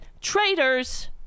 traitors